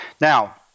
Now